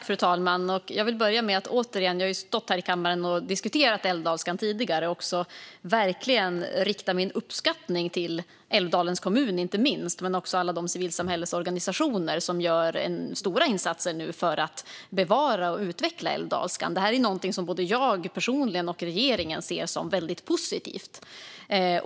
Fru talman! Jag har ju tidigare diskuterat älvdalskan i kammaren, och jag vill verkligen rikta min uppskattning till Älvdalens kommun och alla de civilsamhällesorganisationer som gör stora insatser för att bevara och utveckla älvdalskan. Detta är något som både jag personligen och regeringen ser som väldigt positivt.